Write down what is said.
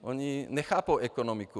Oni nechápou ekonomiku.